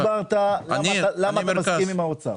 אתה הסברת למה אתה מסכים עם האוצר.